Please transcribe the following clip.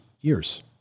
years